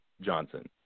Johnson